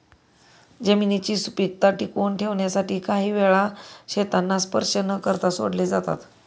जमिनीची सुपीकता टिकवून ठेवण्यासाठी काही वेळा शेतांना स्पर्श न करता सोडले जाते